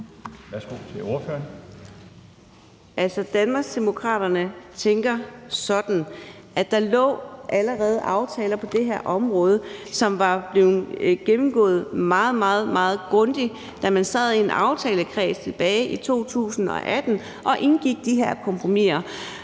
Adsbøl (DD): Altså, Danmarksdemokraterne tænker sådan, at der allerede lå aftaler på det her område, som var blevet gennemgået meget, meget grundigt, da man sad i en aftalekreds tilbage i 2018 og indgik de her kompromiser.